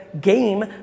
game